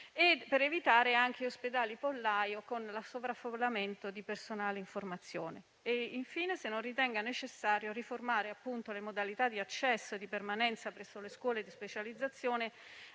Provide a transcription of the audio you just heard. per evitare ospedali pollaio, con il sovraffollamento di personale in formazione. Le chiedo, infine, se non ritenga necessario riformare le modalità di accesso e di permanenza presso le scuole di specializzazione,